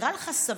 נראה לך סביר,